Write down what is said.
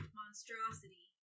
monstrosity